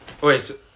Wait